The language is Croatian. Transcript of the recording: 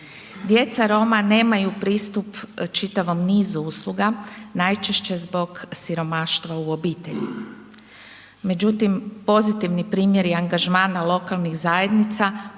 Djeca Roma nemaju pristup čitavom nizu usluga, najčešće zbog siromaštva u obitelji. Međutim, pozitivni primjeri i angažmana lokalnih zajednica